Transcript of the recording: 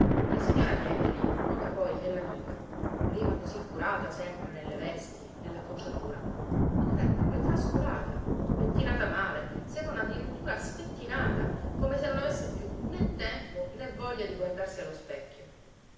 la signora mielli nota poi che l'amica prima così curata sempre nelle vesti nell'acconciatura ora è proprio trascurata pettinata male se non addirittura spettinata come se non avesse più né tempo né voglia di guardarsi allo specchio